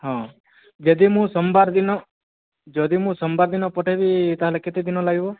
ହଁ ଯଦି ମୁଁ ସୋମବାର ଦିନ ଯଦି ମୁଁ ସୋମବାର ଦିନ ପଠାଇବି ତା'ହେଲେ କେତେ ଦିନ ଲାଗିବ